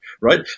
right